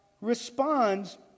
responds